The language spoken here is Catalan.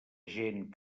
gent